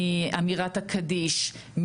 מאמירת הקדיש,